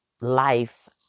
life